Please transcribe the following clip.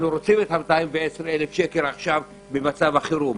רוצים 210,000 שקל עכשיו במצב החירום,